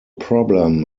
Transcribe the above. problem